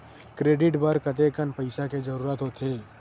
Credit बर कतेकन पईसा के जरूरत होथे?